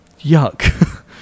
yuck